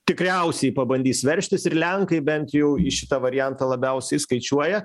tikriausiai pabandys veržtis ir lenkai bent jau į šitą variantą labiausiai skaičiuoja